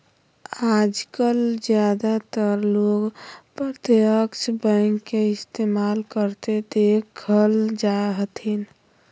आजकल ज्यादातर लोग प्रत्यक्ष बैंक के इस्तेमाल करते देखल जा हथिन